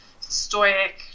stoic